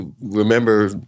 remember